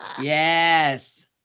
Yes